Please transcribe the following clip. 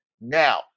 now